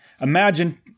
Imagine